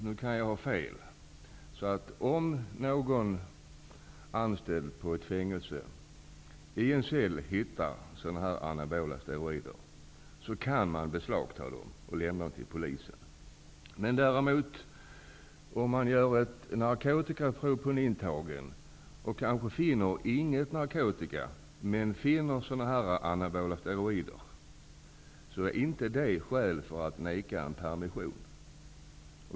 Såvitt jag har förstått kan en anställd på ett fängelse som i en cell hittar anabola steroider beslagta dessa och lämna dem till polisen. Om man däremot narkotikatestar på en intagen och inte finner någon narkotika, men däremot finner anabola steroider är detta inte skäl för att vägra en permission.